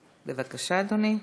בבקשה, אדוני.